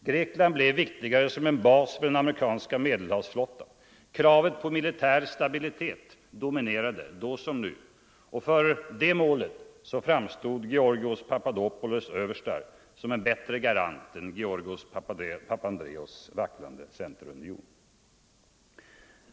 Grekland blev viktigare som bas för den amerikanska medelhavsflottan. Kravet på militär stabilitet dominerade, då som nu, och för det målet framstod Giorgios Papadopolous” överstar som en bättre garant än Giorgios Papandreous vacklande centerunion.